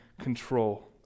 control